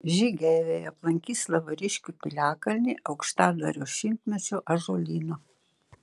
žygeiviai aplankys lavariškių piliakalnį aukštadvario šimtmečio ąžuolyną